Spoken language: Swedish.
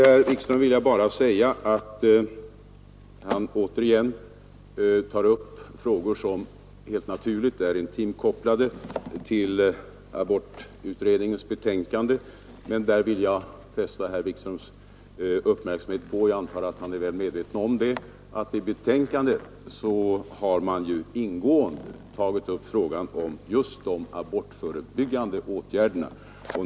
Herr Wikström tar upp frågor som helt naturligt är intimt kopplade till abortutredningens betänkande, men jag vill fästa herr Wikströms uppmärksamhet på det faktum — jag antar att han är väl medveten om det — att man i betänkandet ingående behandlat frågan om just de abortförebyggande åtgärderna.